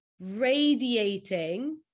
radiating